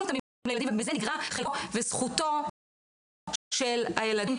מותאמים לילדים ובזה נגרעים חלקו וזכותו של הילד.